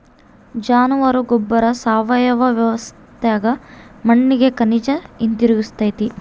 ಜಾನುವಾರ ಗೊಬ್ಬರ ಸಾವಯವ ವ್ಯವಸ್ಥ್ಯಾಗ ಮಣ್ಣಿಗೆ ಖನಿಜ ಹಿಂತಿರುಗಿಸ್ತತೆ